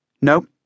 No